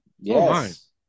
Yes